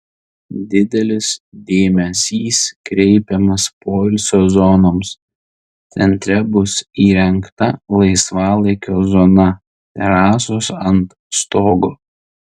didelis dėmesys kreipiamas poilsio zonoms centre bus įrengta laisvalaikio zona terasos ant stogo